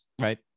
Right